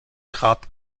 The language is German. grad